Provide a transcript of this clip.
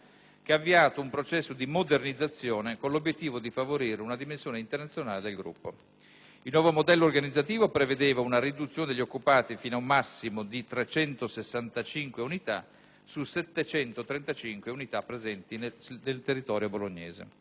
che ha avviato un processo di modernizzazione, con l'obiettivo di favorire una dimensione internazionale del Gruppo. Il nuovo modello organizzativo prevedeva una riduzione degli occupati fino ad un massimo di 365 unità su 735 unità presenti sul territorio bolognese.